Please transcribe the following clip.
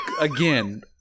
again